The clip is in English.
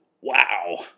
wow